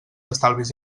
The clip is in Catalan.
estalvis